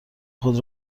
خود